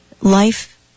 Life